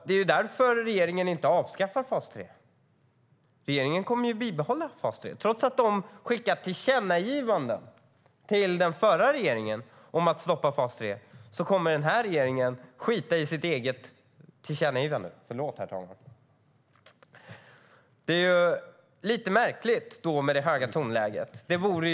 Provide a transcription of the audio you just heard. Det är därför regeringen inte avskaffar fas 3. Regeringen kommer att bibehålla fas 3. Trots att man skickade tillkännagivanden till förra regeringen om att stoppa fas 3 kommer den här regeringen att skita i sitt eget tillkännagivande. Förlåt, herr talman! Det höga tonläget är lite märkligt.